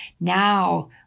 Now